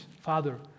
Father